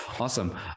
Awesome